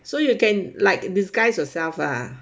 so you can like disguised yourself lah